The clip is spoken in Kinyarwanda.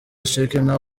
shekinah